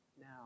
Now